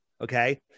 okay